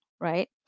right